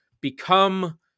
become